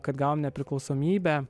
kad gavome nepriklausomybę